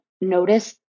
notice